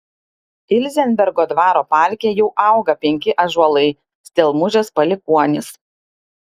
ilzenbergo dvaro parke jau auga penki ąžuolai stelmužės palikuonys